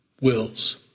wills